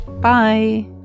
Bye